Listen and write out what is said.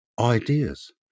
ideas